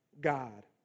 God